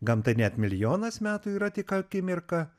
gamtai net milijonas metų yra tik akimirka